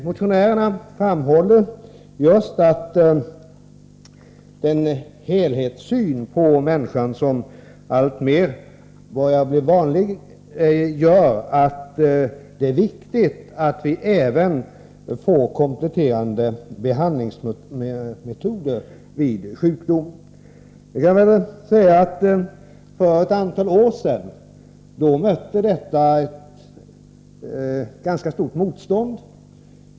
Motionärerna framhåller just att den helhetssyn på människan som alltmer börjar bli vanlig gör att det är viktigt att få kompletterande behandlingsmetoder vid sjukdom. För ett antal år sedan mötte denna inställning ett ganska stort motstånd.